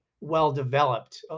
well-developed